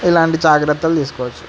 ఇలాంటి జాగ్రత్తలు తీసుకోవచ్చు